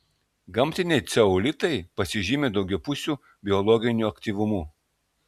gamtiniai ceolitai pasižymi daugiapusiu biologiniu aktyvumu